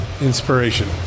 Inspiration